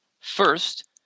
first